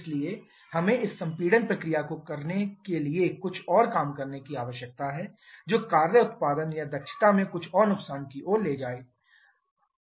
इसलिए हमें इस संपीड़न प्रक्रिया को करने के लिए कुछ और काम करने की आवश्यकता है जो कार्य उत्पादन या दक्षता में कुछ और नुकसान की ओर ले जाए